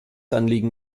anliegen